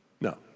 no